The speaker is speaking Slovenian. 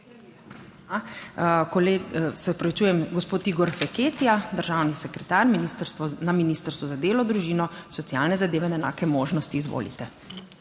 Se opravičujem, gospod Igor Feketija, državni sekretar na Ministrstvo za delo, družino, socialne zadeve in enake možnosti. Izvolite.